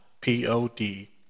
P-O-D